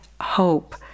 hope